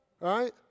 right